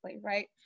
right